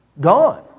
gone